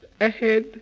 Ahead